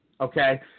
Okay